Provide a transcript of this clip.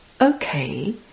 Okay